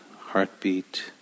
heartbeat